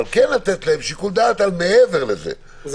אבל כן לתת להם שיקול דעת מעבר לזה.